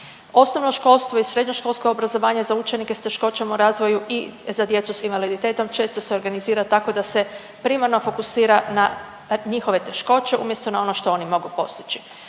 Osnovnoškolsko i srednjoškolsko obrazovanje za učenike s teškoćama u razvoju i za djecu s invaliditetom, često se organizira tako da se primarno fokusira na njihove teškoće umjesto na ono što oni mogu postići.